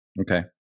Okay